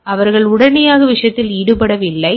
எனவே அவர்கள் உடனடியாக விஷயத்தில் ஈடுபடவில்லை